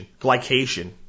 Glycation